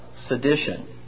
sedition